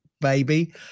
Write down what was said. baby